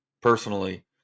personally